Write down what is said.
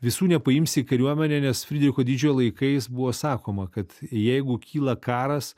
visų nepaimsi į kariuomenę nes fridricho didžiojo laikais buvo sakoma kad jeigu kyla karas